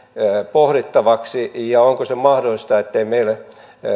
pohdittavaksi ja onko se mahdollista ettei meille